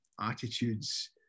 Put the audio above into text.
attitudes